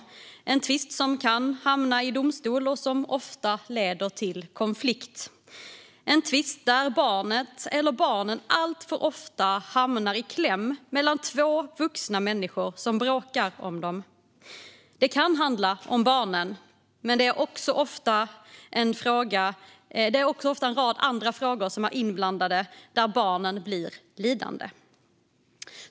Det är en tvist som kan hamna i domstol och som ofta leder till konflikt. Det är en tvist där barnet eller barnen alltför ofta hamnar i kläm mellan två vuxna människor som bråkar om dem. Det kan handla om barnen, men det är ofta också en rad andra frågor inblandade där barnen blir lidande.